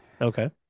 Okay